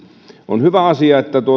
on hyvä asia että